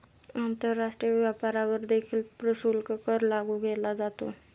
आंतरराष्ट्रीय व्यापारावर देखील प्रशुल्क कर लागू केला जातो